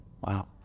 Wow